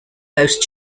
most